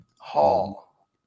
hall